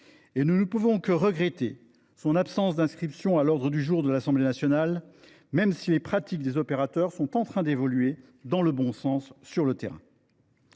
Nous ne pouvons que regretter son absence d’inscription à l’ordre du jour de l’Assemblée nationale, même si les pratiques des opérateurs sont en train d’évoluer dans le bon sens sur le terrain.